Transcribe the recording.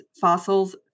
fossils